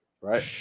right